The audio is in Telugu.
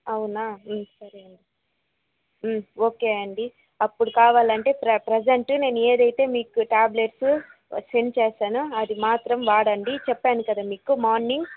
అవునా సరే అండి ఓకే అండి అప్పుడు కావాలంటే ప్రెజంట్ నేను ఏదైతే మీకు టాబ్లెట్స్ సెండ్ చేసానో అది మాత్రం వాడండి చెప్పాను కదా మీకు మార్నింగ్